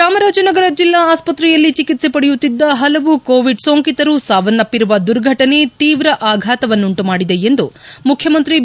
ಚಾಮರಾಜನಗರ ಜಿಲ್ಲಾ ಆಸ್ಪತ್ರೆಯಲ್ಲಿ ಚಿಕ್ಲೆ ಪಡೆಯುತ್ತಿದ್ದ ಪಲವು ಕೋವಿಡ್ ಸೋಂಕಿತರು ಸಾವನ್ನಪ್ಪಿರುವ ದುರ್ಘಟನೆ ತೀವ್ರ ಆಫಾತವನ್ನುಂಟು ಮಾಡಿದೆ ಎಂದು ಮುಖ್ಯಮಂತ್ರಿ ಬಿ